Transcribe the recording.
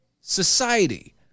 society